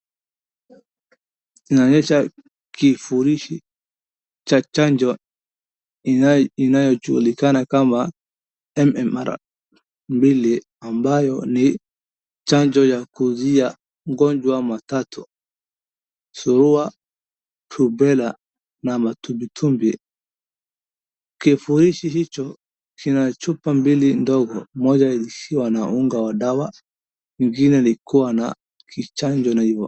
Inaonyesha kifurishi cha chanjo inayojulikana kama MMR mbili ambayo ni chanjo ya kuizia mgonjwa matatu, surua, probella na matumbitumbi. Kifurishi hicho kina chupa mbili ndogo moja iliishiwa na ya unga wa dawa ingine likua na kichanjo na ivo